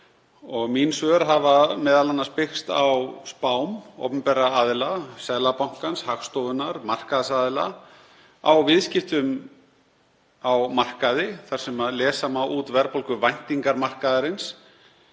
Mín svör hafa m.a. byggst á spám opinberra aðila, Seðlabankans, Hagstofunnar, markaðsaðila, á viðskiptum á markaði þar sem lesa má út verðbólguvæntingar markaðarins.